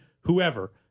whoever